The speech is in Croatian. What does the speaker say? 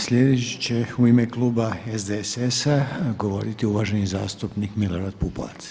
Sljedeći će u ime kluba SDSS-a govoriti uvaženi zastupnik Milorad Pupovac.